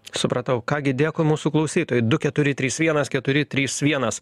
supratau ką gi dėkui mūsų klausytojai du keturi trys vienas keturi trys vienas